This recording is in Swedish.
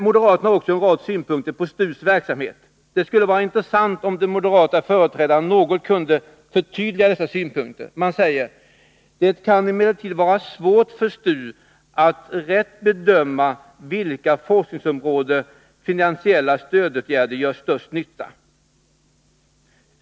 Moderaterna har också en rad synpunkter på STU:s verksamhet. Det skulle vara intressant om den moderate företrädaren något kunde förtydliga dessa synpunkter. Man säger i reservation 18: ”Det kan emellertid vara svårt för STU att rätt bedöma på vilka forskningsområden finansiella stödåtgärder gör störst nytta.